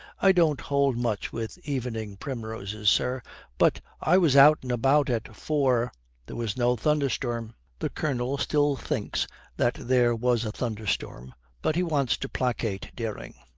i don't hold much with evening primroses, sir but i was out and about at four there was no thunderstorm the colonel still thinks that there was a thunderstorm, but he wants to placate dering.